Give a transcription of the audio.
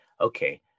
okay